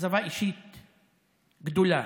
אישית גדולה.